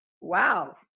wow